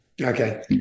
Okay